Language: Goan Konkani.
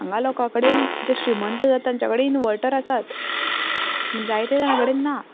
हांगा लोकां कडेन जे श्रीमंत लोकां कडेन इन्वर्टर आसात पूण जायत्या जाणां कडेन ना